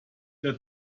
der